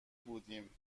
بودیم